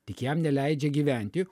tik jam neleidžia gyventi